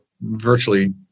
virtually